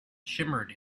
shimmered